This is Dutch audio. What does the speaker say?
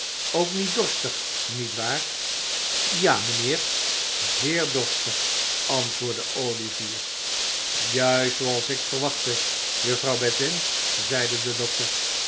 ook niet dorstig niet waar ja mijnheer zeer dorstig antwoordde olivier juist zooals ik verwachtte juffrouw bedwin zeide de dokter